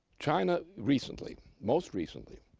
china recently, most recently,